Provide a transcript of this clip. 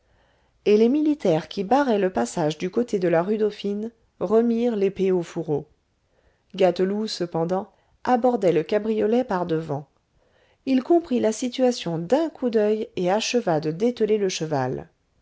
et les militaires qui barraient le passage du côté de la rue dauphine remirent l'épée au fourreau gâteloup cependant abordait le cabriolet par devant il comprit la situation d'un coup d'oeil et acheva de dételer le cheval